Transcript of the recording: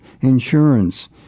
insurance